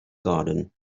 garden